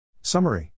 Summary